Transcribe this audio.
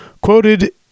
quoted